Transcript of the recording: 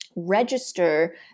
Register